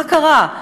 מה קרה?